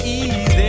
easy